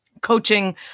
coaching